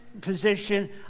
position